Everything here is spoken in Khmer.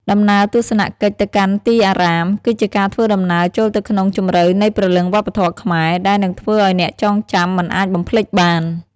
ដំណើរទស្សនកិច្ចទៅកាន់ទីអារាម គឺជាការធ្វើដំណើរចូលទៅក្នុងជម្រៅនៃព្រលឹងវប្បធម៌ខ្មែរ ដែលនឹងធ្វើឱ្យអ្នកចងចាំមិនអាចបំភ្លេចបាន។